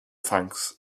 thanks